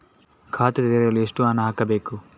ಖಾತೆ ತೆರೆಯಲು ಎಷ್ಟು ಹಣ ಹಾಕಬೇಕು?